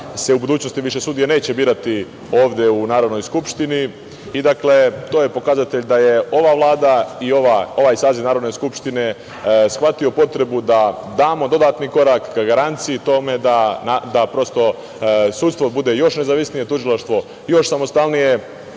se u budućnosti više sudije neće birati ovde u Narodnoj skupštini i to je pokazatelj da je ova Vlada i ovaj saziv Narodne skupštine shvatio potrebu da damo dodatni korak ka garanciji tome da prosto sudstvo bude još nezavisnije, tužilaštvo još samostalnije